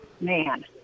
man